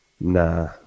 nah